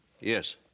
Yes